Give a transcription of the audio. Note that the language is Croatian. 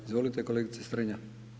Izvolite kolegice Strenja.